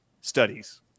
studies